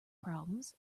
problems